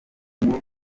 uwo